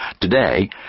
Today